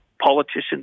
politicians